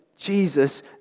Jesus